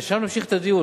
ושם להמשיך את הדיון.